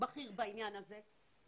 בכיר בעניין הזה,